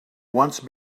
once